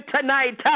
tonight